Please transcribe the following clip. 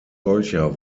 solcher